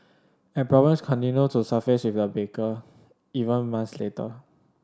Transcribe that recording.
and problems continued to surface with the baker even month later